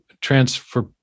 transfer